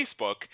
Facebook